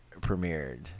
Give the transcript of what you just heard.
premiered